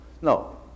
No